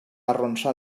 arronsar